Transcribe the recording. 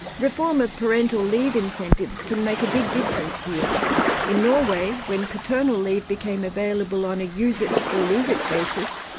reform of parental leave incentives can make a big difference in norway, when paternal leave became available on a use it or lose it basis,